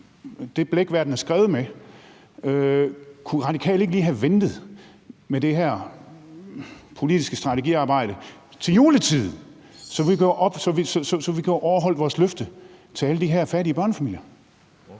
det blæk værd, den er skrevet med. Kunne Radikale ikke lige have ventet med det her politiske strategiarbejde til juletid, så vi kunne have overholdt vores løfte til alle de her fattige børnefamilier?